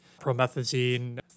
promethazine